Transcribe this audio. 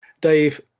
Dave